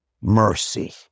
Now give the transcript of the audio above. mercy